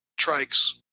trikes